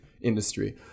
industry